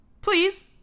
Please